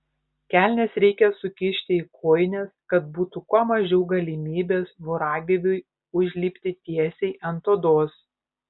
kelnes reikia sukišti į kojines kad būtų kuo mažiau galimybės voragyviui užlipti tiesiai ant odos